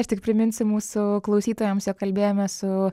aš tik priminsiu mūsų klausytojams jog kalbėjomės su